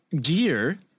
gear